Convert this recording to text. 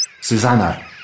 Susanna